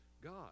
God